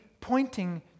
pointing